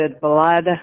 blood